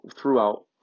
throughout